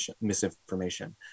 misinformation